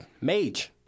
Mage